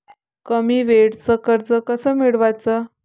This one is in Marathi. कमी वेळचं कर्ज कस मिळवाचं?